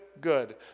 good